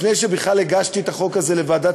לפני שבכלל הגשתי את החוק הזה לוועדת